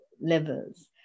levels